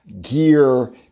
gear